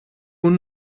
moet